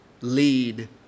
lead